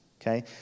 Okay